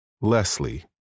Leslie